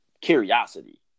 curiosity